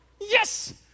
Yes